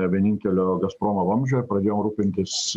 vienintelio gazpromo vamzdžio ir pradėjom rūpintis